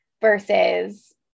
versus